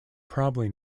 probably